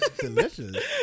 Delicious